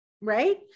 right